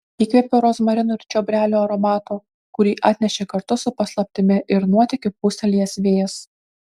įkvėpė rozmarinų ir čiobrelių aromato kurį atnešė kartu su paslaptimi ir nuotykiu pūstelėjęs vėjas